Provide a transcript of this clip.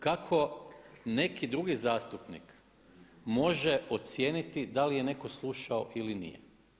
Kako neki drugi zastupnik može ocijeniti da li je netko slušao ili nije.